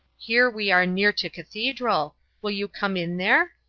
here we are near to cathedral will you come in there?